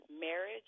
marriage